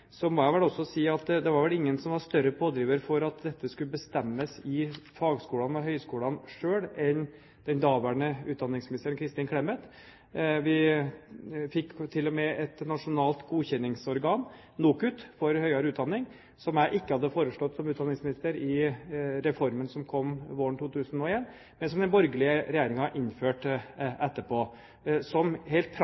jeg må vel også si at det var ingen som var en større pådriver for at dette skulle bestemmes av fagskolene og høyskolene selv, enn daværende utdanningsminister Kristin Clemet. Vi fikk til og med et nasjonalt godkjenningsorgan, NOKUT, for høyere utdanning, som jeg ikke hadde foreslått som utdanningsminister i reformen som kom våren 2001, men som den borgerlige regjeringen innførte etterpå, og som helt praktisk har